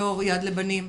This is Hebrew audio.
יו"ר יד לבנים,